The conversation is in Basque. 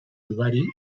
ugari